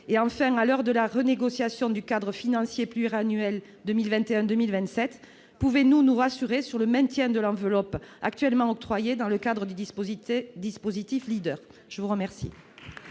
? Enfin, à l'heure de la négociation du cadre financier pluriannuel 2021-2027, pouvez-vous nous rassurer sur le maintien de l'enveloppe actuellement octroyée dans le cadre du dispositif Leader ? La parole